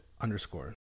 underscore